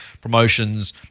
promotions